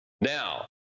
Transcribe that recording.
Now